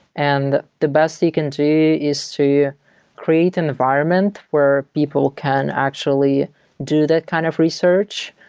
and the best you can do is to create an environment where people can actually do that kind of research,